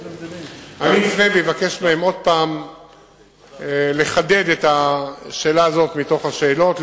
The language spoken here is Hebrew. אני אפנה ואבקש מהם עוד פעם לחדד את השאלה הזאת מתוך השאלות,